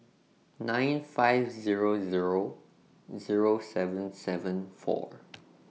nine five Zero Zero Zero seven seven four